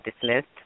dismissed